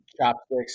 chopsticks